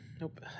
Nope